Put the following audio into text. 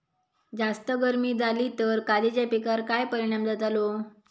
जास्त गर्मी जाली तर काजीच्या पीकार काय परिणाम जतालो?